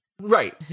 Right